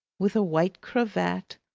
with a white cravat,